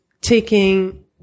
taking